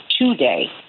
today